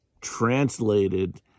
translated